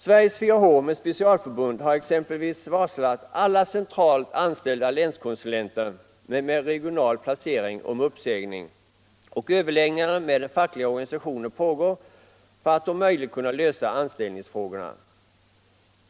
Sveriges 4 H med specialförbund har exempelvis varslat alla centralt anställda länskonsulenter med regional placering om uppsägning, och överläggningar med den fackliga organisationen pågår för att om möjligt kunna lösa anställningsfrågorna.